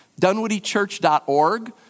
dunwoodychurch.org